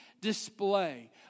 display